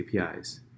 APIs